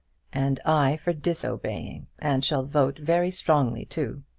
and i for disobeying and shall vote very strongly too.